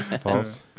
False